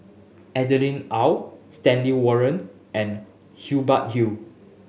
Adeline Ooi Stanley Warren and Hubert Hill